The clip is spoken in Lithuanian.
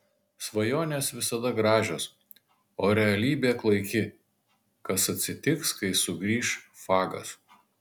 svajonės visada gražios o realybė klaiki kas atsitiks kai sugrįš fagas